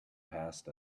passed